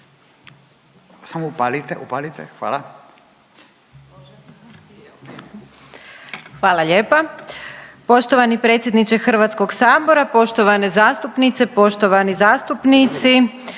Lugarić, Tereza** Hvala lijepa. Poštovani predsjedniče HS-a, poštovane zastupnice, poštovani zastupnici.